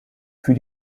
für